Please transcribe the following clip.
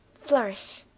flourish.